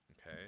okay